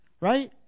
Right